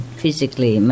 physically